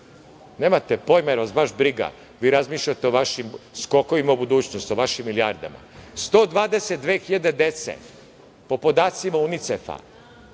Nemate pojma, jer vas baš briga. Vi razmišljate o vašim skokovima u budućnost, o vašim milijardama. Po podacima Unicefa,